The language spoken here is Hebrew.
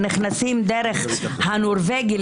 שנכנסים דרך הנורבגי,